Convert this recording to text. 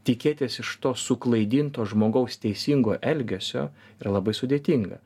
tikėtis iš to suklaidinto žmogaus teisingo elgesio yra labai sudėtinga